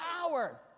power